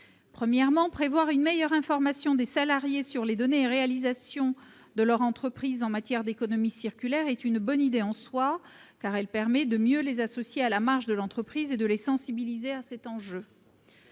Certes, prévoir une meilleure information des salariés sur les données et les réalisations de leur entreprise en matière d'économie circulaire est une bonne idée en soi, car cela permettrait de mieux les associer à la marche de l'entreprise et de les sensibiliser à cet enjeu.